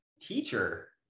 teacher